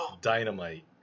Dynamite